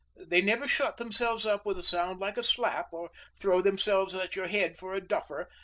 they never shut themselves up with a sound like a slap, or throw themselves at your head for a duffer,